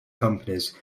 companies